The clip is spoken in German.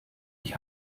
ich